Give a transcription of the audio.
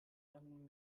man